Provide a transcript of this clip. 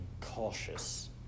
cautious